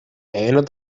einer